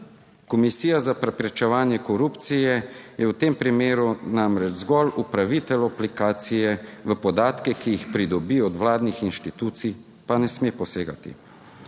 Komisija za preprečevanje korupcije je v tem primeru namreč zgolj upravitelj aplikacije, v podatke, ki jih pridobi od vladnih inštitucij, pa ne sme posegati.